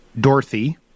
Dorothy